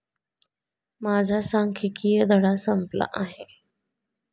माझा सांख्यिकीय धडा संपला आहे